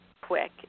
quick